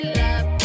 love